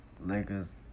Lakers